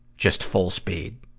just full speed.